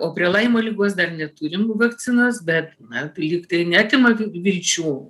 o prie laimo ligos dar neturim vakcinos bet na tai lygtai neatima vilčių